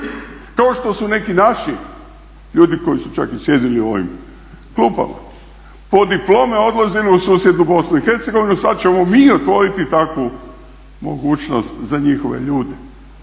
Kao što su neki naši ljudi koji su čak i sjedili u ovim klupama po diplome odlazili u susjedu Bosnu i Hercegovinu, sad ćemo mi otvoriti takvu mogućnost za njihove ljude